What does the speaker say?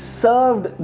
served